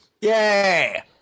Yay